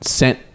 sent